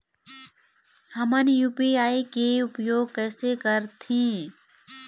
हमन यू.पी.आई के उपयोग कैसे करथें?